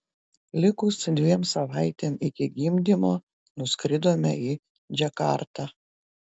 likus dviem savaitėm iki gimdymo nuskridome į džakartą